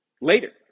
later